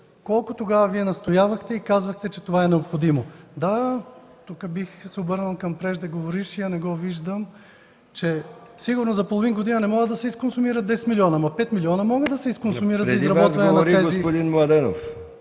колко тогава Вие настоявахте и казахте, че това е необходимо! Да, тук бих се обърнал към преждеговорившия, не го виждам, че сигурно за половин година не могат да се изконсумират 10 милиона, но 5 милиона могат да се изконсумират...